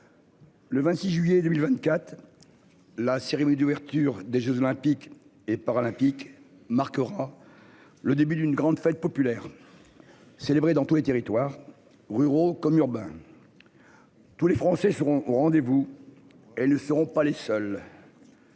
Le 26 juillet 2024. La cérémonie d'ouverture des Jeux olympiques et paralympiques marquera le début d'une grande fête populaire. Célébré dans tous les territoires ruraux comme urbains. Tous les Français seront au rendez-vous. Elles ne seront pas les seuls.